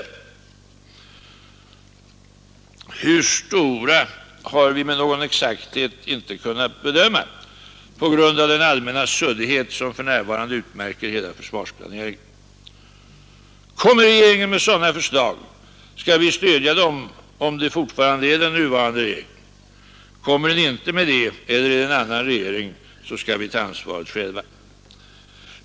Hur stora tilläggsyrkandena blir har vi med någon exakthet inte kunnat bedöma på grund av den allmänna suddighet som för närvarande utmärker hela försvarsplaneringen. Kommer regeringen med sådana förslag, skall vi stödja dem, om det fortfarande är den nuvarande regeringen; kommer den inte med sådana, eller är det en annan regering, skall vi ta ansvaret själva.